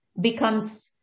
becomes